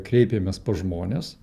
kreipėmės pas žmones